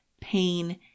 pain